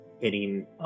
hitting